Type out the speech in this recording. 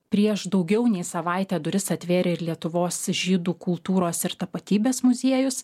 prieš daugiau nei savaitę duris atvėrė ir lietuvos žydų kultūros ir tapatybės muziejus